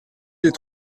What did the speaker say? des